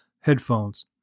headphones